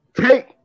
take